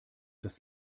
das